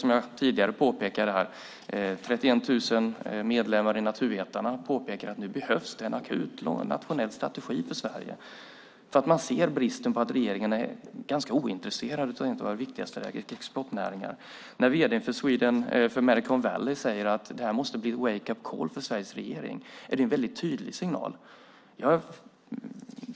Som jag tidigare sade påpekar 31 000 medlemmar i Naturvetarna att nu behövs det en akut, nationell strategi för Sverige. Man ser ju bristen och att regeringen är ganska ointresserad av en av våra viktigaste exportnäringar. När vd:n för Medicon Valley säger att det här måste bli en wake-up call för Sveriges regering är det en väldigt tydlig signal.